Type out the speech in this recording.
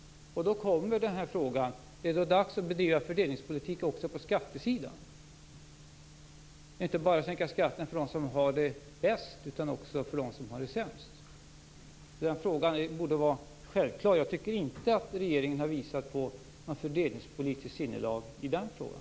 Är det inte dags att bedriva fördelningspolitik också på skattesidan, inte bara sänka skatterna för dem som har det bäst utan också för dem som har det sämst? Den frågan borde vara självklar. Jag tycker inte att regeringen har visat på fördelningspolitiskt sinnelag i den frågan.